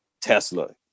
Tesla